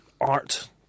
art